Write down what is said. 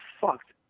fucked